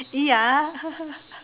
ya